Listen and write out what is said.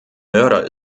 mörder